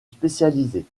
spécialisée